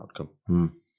outcome